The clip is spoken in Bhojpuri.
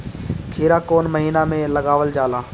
खीरा कौन महीना में लगावल जाला?